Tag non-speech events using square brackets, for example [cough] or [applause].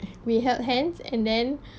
we held hands and then [breath]